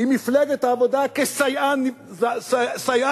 עם מפלגת העבודה כסייען בזוי,